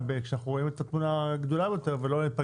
שישן יותר ולמי שישן פחות.